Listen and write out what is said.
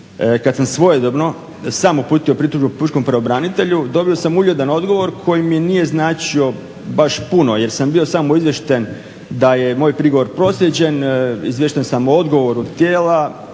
Kada sam svojedobno sam uputio pritužbu pučkom pravobranitelju dobio sam uljudan odgovor koji mi nije značio baš puno, jer sam bio samo izvješten da je moj prigovor proslijeđen, izviješten sam o odgovoru tijela,